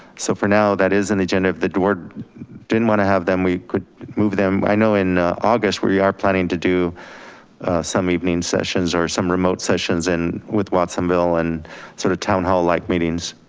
so for now, that is an agenda. if the board didn't wanna have them, we could move them. i know in august where you are planning to do some evening sessions or some remote sessions in, with watsonville and sort of town hall like meetings,